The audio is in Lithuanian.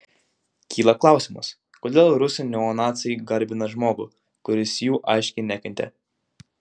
kyla klausimas kodėl rusų neonaciai garbina žmogų kuris jų aiškiai nekentė